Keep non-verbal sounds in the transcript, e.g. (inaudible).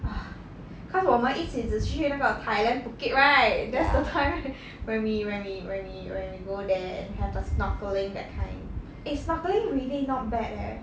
!wah! cause 我们一起只去会那个 thailand phuket right that's the time right (breath) when we when we when we when we go there and have a snorkeling that time eh snorkeling nothing really not bad leh